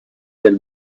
del